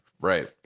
Right